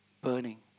burning